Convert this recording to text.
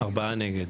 הצבעה בעד 3 נגד